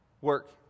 work